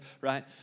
right